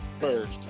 first